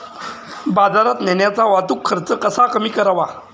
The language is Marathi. बाजारात नेण्याचा वाहतूक खर्च कसा कमी करावा?